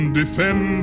defend